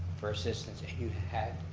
for assistance, and you had